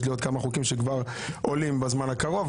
יש לי עוד כמה חוקים שכבר עולים בזמן הקרוב,